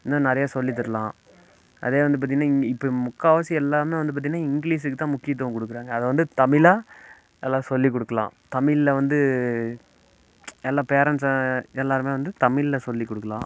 இன்னும் நிறைய சொல்லி தரலாம் அதே வந்து பார்த்தீங்கனா இங்கே இப்போ முக்கால்வாசி எல்லாமே வந்து பார்த்தீங்கனா இங்கிலிஷ்ஷுக்கு தான் முக்கியத்துவம் கொடுக்குறாங்க அதை வந்து தமிழை நல்லா சொல்லி கொடுக்கலாம் தமிழில் வந்து எல்லா பேரண்ட்ஸ்ஸை எல்லாேருமே வந்து தமிழில் சொல்லி கொடுக்கலாம்